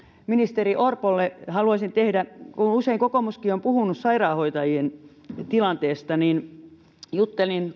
ministeri orpolle usein kokoomuskin on puhunut sairaanhoitajien tilanteesta juttelin